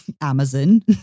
amazon